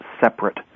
separate